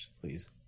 Please